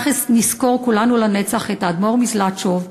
כך נזכור כולנו לנצח את האדמו"ר מזלאטשוב,